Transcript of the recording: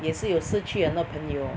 也是有失去很多朋友